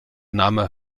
name